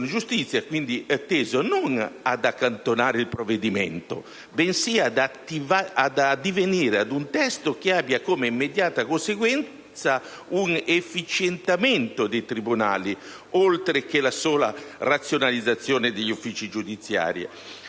in Commissione giustizia è un rinvio teso non ad accantonare il provvedimento bensì ad addivenire ad un testo che abbia come immediata conseguenza un efficientamento dei tribunali, oltre che la razionalizzazione degli uffici giudiziari.